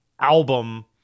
album